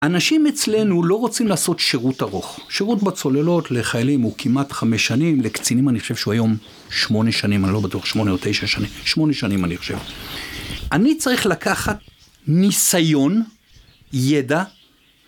אנשים אצלנו לא רוצים לעשות שירות ארוך, שירות בצוללות לחיילים הוא כמעט חמש שנים, לקצינים אני חושב שהוא היום שמונה שנים, אני לא בטוח שמונה או תשע שנים, שמונה שנים אני חושב. אני צריך לקחת ניסיון, ידע,